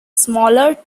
smaller